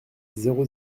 zéro